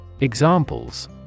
Examples